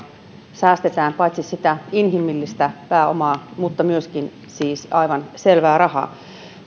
säästetään paitsi inhimillistä pääomaa mutta myöskin siis aivan selvää rahaa